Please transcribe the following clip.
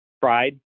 pride